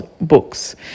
books